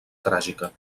tràgica